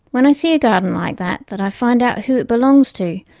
when i see a garden like that that i find out who it belongs to,